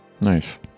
nice